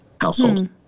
household